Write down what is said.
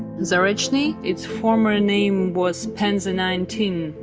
zarechny, its former name was penza nineteen.